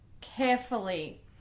carefully